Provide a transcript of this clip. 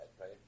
right